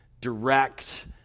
direct